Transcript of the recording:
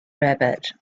rabbit